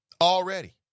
Already